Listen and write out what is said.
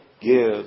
give